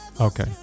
Okay